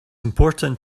important